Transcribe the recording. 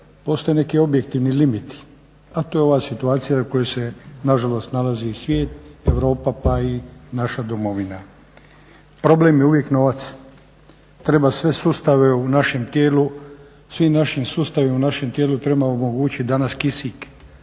postoje neki objektivni limiti a to je ova situacija u kojoj se nažalost svijet, Europa pa i naša domovina. Problem je uvijek novac, treba sve sustave u našem tijelu, svim našim sustavima u našem tijelu treba omogućiti danas kisik,